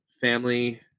Family